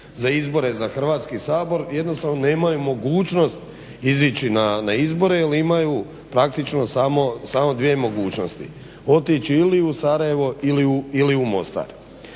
za izbore za Hrvatski sabor, jednostavno nemaju mogućnost izići na izbore jer imaju praktično samo dvije mogućnosti: otići ili u Sarajevo ili u Mostar.